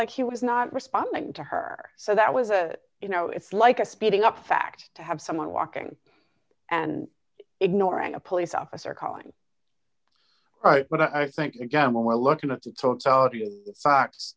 like he was not responding to her so that was a you know it's like a speeding up fact to have someone walking and ignoring a police officer calling right but i think again when we're looking at the totality of socks